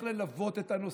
צריך להמשיך ללוות את הנושא